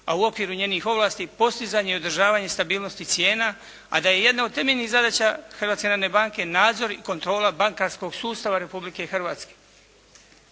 a u okviru njenih ovlasti postizanje i održavanje stabilnosti cijena, a da je jedna od temeljnih zadaća Hrvatske narodne banke nadzor i kontrola bankarskog sustava Republike Hrvatske.